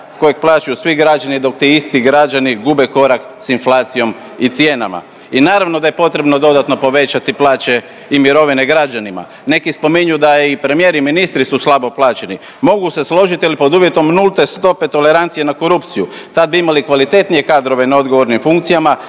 kojeg plaćaju svi građani dok ti isti građani gube korak s inflacijom i cijenama. I naravno da je potrebno povećati plaće i mirovine građanima, neki spominju da je i premijer i ministri su slabo plaćeni, mogu se složiti ali pod uvjetom nulte stope tolerancije na korupciju tad bi imali kvalitetnije kadrove na odgovornim funkcijama,